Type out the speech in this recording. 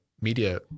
media